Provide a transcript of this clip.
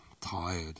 tired